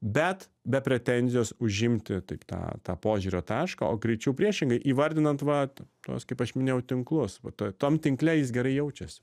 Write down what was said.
bet be pretenzijos užimti taip tą tą požiūrio tašką o greičiau priešingai įvardinant vat tuos kaip aš minėjau tinklus va tam tinkle jis gerai jaučiasi